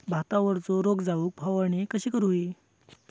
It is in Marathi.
भातावरचो रोग जाऊक फवारणी कशी करूक हवी?